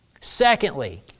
Secondly